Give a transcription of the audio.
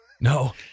No